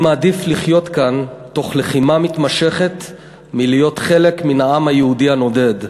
אני מעדיף לחיות כאן תוך לחימה מתמשכת מלהיות חלק מן העם היהודי הנודד.